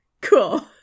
Cool